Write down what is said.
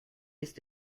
ist